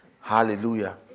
Hallelujah